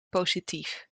positief